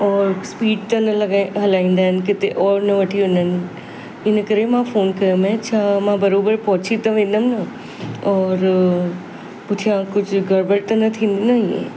और स्पीड त न लॻाए हलाईंदा आहिनि किथे और न वठी वञनि हिन करे मां फोन कयो माए छा मां बराबरि पहुची त वेंदमि न और पुठियां कुछ गड़बड़ त न थींदी न इहे